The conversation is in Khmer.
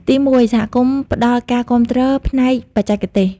ទីមួយ សហគមន៍ផ្ដល់ ការគាំទ្រផ្នែកបច្ចេកទេស។